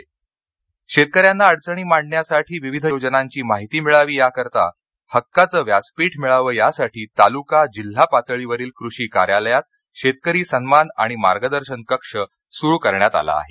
कक्ष शेतकऱ्यांना अडचणी मांडण्यासाठी विविध योजनांची माहिती मिळावी याकरिता हक्काचे व्यासपीठ मिळावे यासाठी तालुका जिल्हा पातळीवरील कृषी कार्यालयात शेतकरी सन्मान आणि मार्गदर्शन कक्ष सुरु करण्यात आला आहे